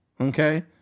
Okay